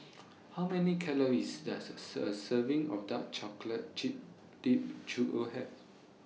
How Many Calories Does A A Serving of Dark Chocolate Chip Dipped Churro Have